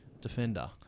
defender